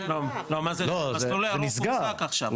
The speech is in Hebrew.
המסלול הירוק הופסק עכשיו,